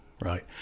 right